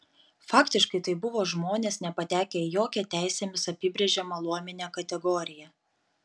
faktiškai tai buvo žmonės nepatekę į jokią teisėmis apibrėžiamą luominę kategoriją